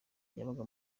yabaga